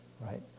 right